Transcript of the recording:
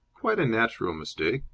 quite a natural mistake.